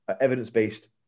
evidence-based